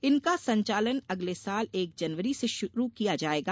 इनका संचालन अगले साल एक जनवरी से शुरू किया जायेगा